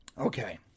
Okay